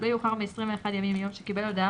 לא יאוחר מ-21 ימים מיום שקיבל הודעה